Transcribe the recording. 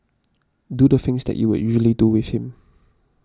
do the things that you would usually do with him